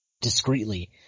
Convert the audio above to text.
discreetly